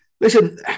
Listen